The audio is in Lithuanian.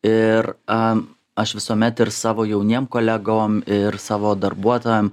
ir am aš visuomet ir savo jauniem kolegom ir savo darbuotojam